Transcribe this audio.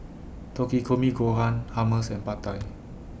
Takikomi Gohan Hummus and Pad Thai